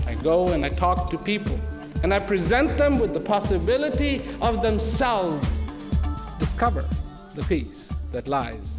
no i go and i talk to people and i present them with the possibility of themselves discover the peace that lies